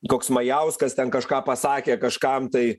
koks majauskas ten kažką pasakė kažkam tai